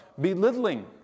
belittling